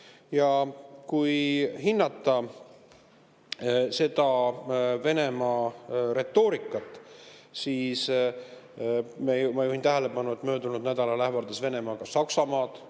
Kui hinnata Venemaa retoorikat, siis ma juhin tähelepanu, et möödunud nädalal ähvardas Venemaa ka Saksamaad